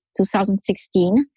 2016